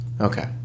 Okay